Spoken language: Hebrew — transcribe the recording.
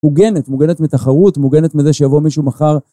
מוגנת, מוגנת מתחרות, מוגנת מזה שיבוא מישהו מחר.